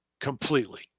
completely